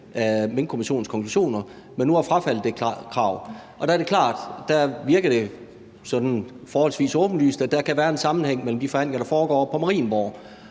af Minkkommissionens konklusioner, men nu har frafaldet det krav. Og der er det klart, at det virker forholdsvis åbenlyst, at der kan være en sammenhæng med de forhandlinger, der foregår oppe på Marienborg,